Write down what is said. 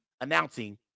announcing